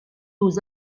aux